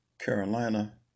Carolina